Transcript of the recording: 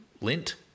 lint